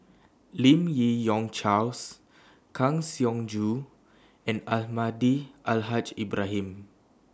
Lim Yi Yong Charles Kang Siong Joo and Almahdi Al Haj Ibrahim